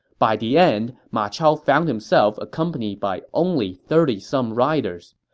by the end, ma chao found himself accompanied by only thirty some riders.